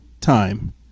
time